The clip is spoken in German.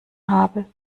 habe